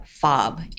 fob